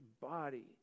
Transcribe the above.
body